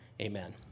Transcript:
Amen